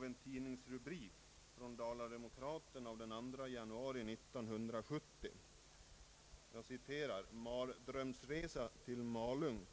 en tidningsrubrik från Dala-Demokraten den 2 januari 1970 som lyder på följande sätt: »Mardrömsresa till Malung.